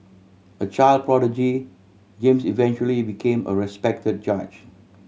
a child prodigy James eventually became a respect judge